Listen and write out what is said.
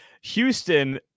Houston